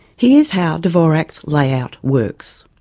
here's how dvorak's layout works.